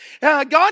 God